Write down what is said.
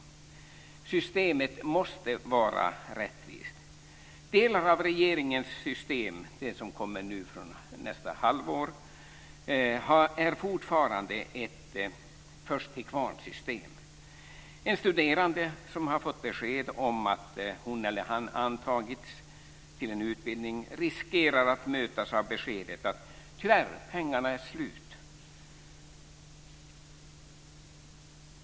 Systemet måste vara rättvist. Delar av regeringens system som ska införas nästa halvår är fortfarande ett först-till-kvarn-system. En studerande som har fått besked om att hon eller han antagits till en utbildning riskerar att mötas av beskedet: Tyvärr, pengarna är slut.